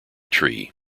tree